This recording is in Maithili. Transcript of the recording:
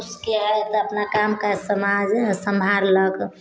पुरुषके हय तऽ अपना काम काज समाज सम्हारलक